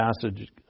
passage